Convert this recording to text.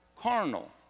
carnal